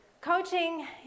Coaching